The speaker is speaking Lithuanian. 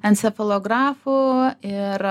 encefalografu ir